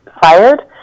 fired